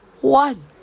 one